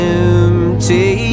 empty